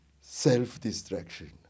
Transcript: self-destruction